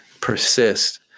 persist